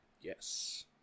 yes